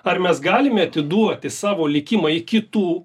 ar mes galime atiduoti savo likimą į kitų